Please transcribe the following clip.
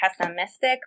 pessimistic